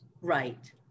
Right